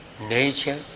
nature